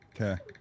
Okay